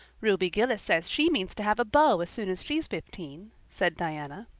ruby gillis says she means to have a beau as soon as she's fifteen, said diana.